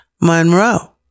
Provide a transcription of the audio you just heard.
Monroe